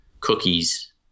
cookies